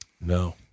No